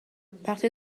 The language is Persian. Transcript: وقتی